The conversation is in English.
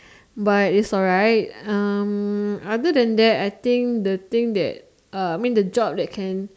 but it's alright um other than that I think the thing that uh I mean the job that can